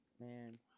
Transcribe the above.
man